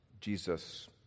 Jesus